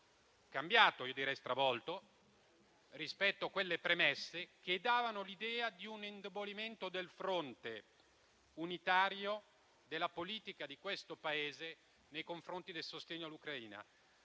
cambiato - io direi stravolto - rispetto alle premesse che davano l'idea di un indebolimento del fronte unitario della politica di questo Paese nei confronti del sostegno all'Ucraina.